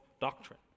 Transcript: doctrine